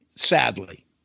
sadly